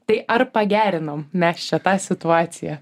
tai ar pagerinom mes čia tą situaciją